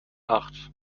acht